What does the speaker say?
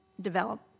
develop